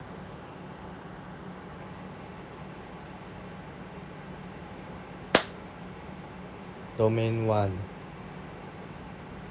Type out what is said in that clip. domain one